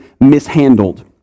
mishandled